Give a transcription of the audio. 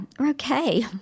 okay